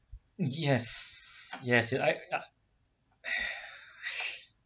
yes yes I ah